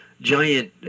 giant